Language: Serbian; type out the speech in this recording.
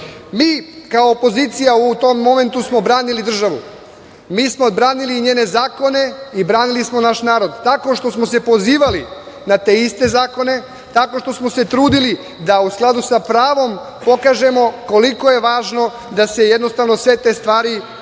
kao opozicija u tom momentu smo branili državu, mi smo odbranili njene zakone i branili smo naš narod, tako što smo se pozivali na te iste zakone, tako što smo se trudili da u skladu sa pravom pokažemo koliko je važno da se jednostavno sve te stvari dokažu